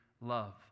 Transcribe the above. love